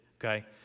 okay